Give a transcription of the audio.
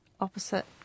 opposite